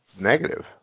negative